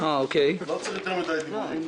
לא צריך יותר מידי דיבורים,